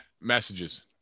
messages